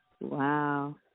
Wow